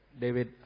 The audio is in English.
David